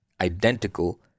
identical